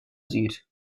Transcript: süd